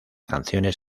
canciones